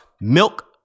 milk